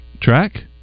Track